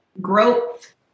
growth